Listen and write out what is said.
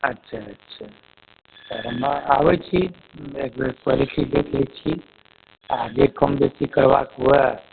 अच्छा अच्छा तऽ हमरा अबैत छी एकबेर क़्वालिटी देखि लय छी आ जे कम बेसी करबाक हुअ